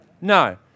No